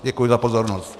Děkuji za pozornost.